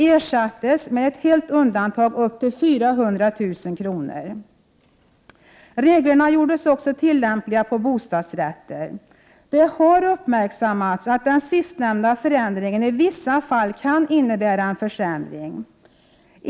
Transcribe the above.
ersattes med ett helt undantag upp till 400 000 kr. Reglerna gjordes också tillämpliga på bostadsrätter. Det har uppmärksammats att den sistnämnda förändringen i vissa fall kan innebära en försämring.